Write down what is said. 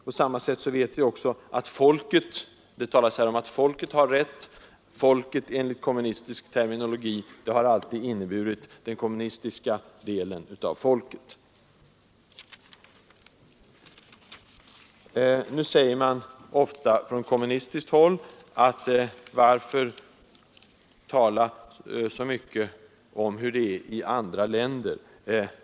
På samma sätt vet vi, när det här talas om att ”folket har rätt att ...”, att folket enligt kommunistisk terminologi alltid har inneburit den kommunistiska delen av folket. Nu sägs det ofta från kommunistiskt håll: ”Varför tala så mycket om hur det är i andra länder?